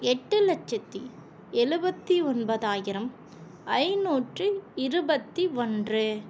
எட்டு லட்ச்சத்தி எழுபத்தி ஒன்பதாயிரம் ஐநூற்றி இருபத்தி ஒன்று